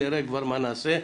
נראה כבר מה נעשה.